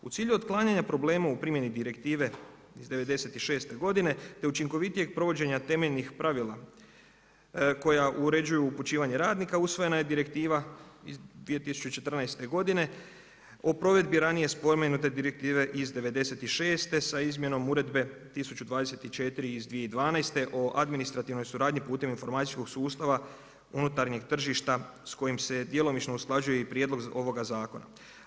U cilju otklanjanja problema u primjeni Direktive iz 96' godine, te učinkovitijih provođenja temeljnih pravila, koja uređuju upućivanju radnika, usvojena je Direktiva iz 2014. godine, o provedbi ranije spomenute Direktive iz 96' sa izmjenom Uredbe 1024 iz 2012. o administrativnoj suradnji putem informacijskog sustava unutarnjeg tržišta s kojim se i djelomično usklađuje i prijedlog ovoga zakona.